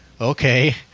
Okay